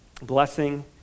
blessing